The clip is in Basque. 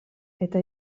eta